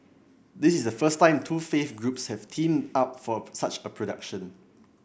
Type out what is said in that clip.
this is the first time two faith groups have teamed up for such a production